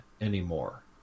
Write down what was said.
anymore